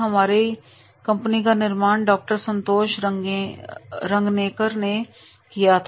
हमारी कंपनी का निर्माण डॉक्टर संतोष रंगनेकर ने किया था